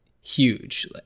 huge